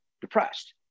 depressed